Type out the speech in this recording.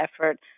effort